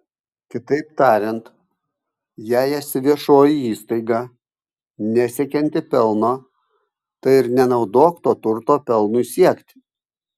kitaip tariant jei esi viešoji įstaiga nesiekianti pelno tai ir nenaudok to turto pelnui siekti